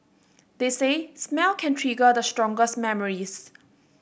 they say smell can trigger the strongest memories